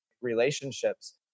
relationships